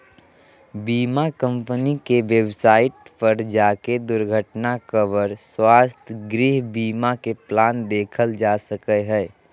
बीमा कम्पनी के वेबसाइट पर जाके दुर्घटना कवर, स्वास्थ्य, गृह बीमा के प्लान देखल जा सको हय